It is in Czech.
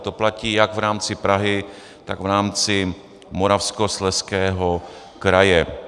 To platí jak v rámci Prahy, tak v rámci Moravskoslezského kraje.